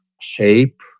shape